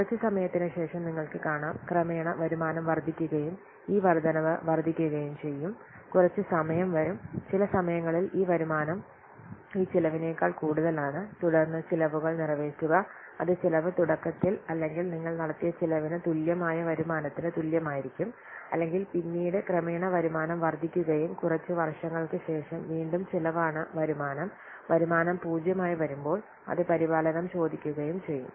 കുറച്ച് സമയത്തിന് ശേഷം നിങ്ങൾക്ക് കാണാം ക്രമേണ വരുമാനം വർദ്ധിക്കുകയും ഈ വർദ്ധനവ് വർദ്ധിക്കുകയും ചെയ്യും കുറച്ച് സമയം വരും ചില സമയങ്ങളിൽ ഈ വരുമാനം ഈ ചെലവിനെക്കാൾ കൂടുതലാണ് തുടർന്ന് ചെലവുകൾ നിറവേറ്റുക അത് ചെലവ് തുടക്കത്തിൽ അല്ലെങ്കിൽ നിങ്ങൾ നടത്തിയ ചെലവിന് തുല്യമായ വരുമാനത്തിന് തുല്യമായിരിക്കും അല്ലെങ്കിൽ പിന്നീട് ക്രമേണ വരുമാനം വർദ്ധിക്കുകയും കുറച്ച് വർഷങ്ങൾക്ക് ശേഷം വീണ്ടും ചെലവാണ് വരുമാനം വരുമാനം 0 ആയി വരുമ്പോൾ അത് പരിപാലനം ചോദിക്കുകയും ചെയ്യും